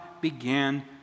began